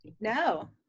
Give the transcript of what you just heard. No